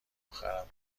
اخرم